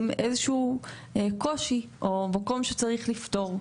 איזה שהוא קושי או מקום שצריך לפתור.